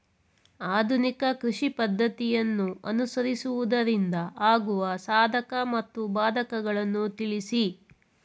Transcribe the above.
ಆಧುನಿಕ ಕೃಷಿ ಪದ್ದತಿಯನ್ನು ಅನುಸರಿಸುವುದರಿಂದ ಆಗುವ ಸಾಧಕ ಮತ್ತು ಬಾಧಕಗಳನ್ನು ತಿಳಿಸಿ?